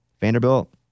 Vanderbilt